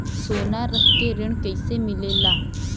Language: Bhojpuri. सोना रख के ऋण कैसे मिलेला?